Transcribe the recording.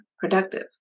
productive